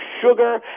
sugar